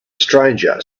stranger